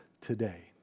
today